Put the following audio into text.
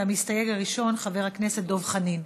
המסתייג הראשון חבר הכנסת דב חנין,